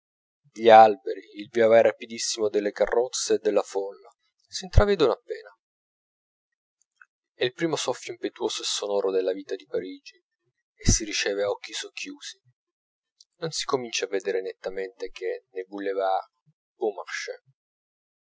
gli alberi il viavai rapidissimo delle carrozze e della folla s'intravvedono appena è il primo soffio impetuoso e sonoro della vita di parigi e si riceve a occhi socchiusi non si comincia a veder nettamente che nel